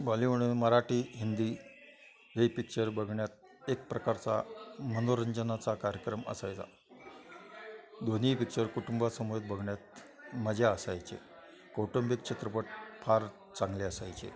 बॉलिवूड मराठी हिंदी हे पिक्चर बघण्यात एक प्रकारचा मनोरंजनाचा कार्यक्रम असायचा दोन्ही पिक्चर कुटुंबासमवेत बघण्यात मजा असायची कौटुंबिक चित्रपट फार चांगले असायचे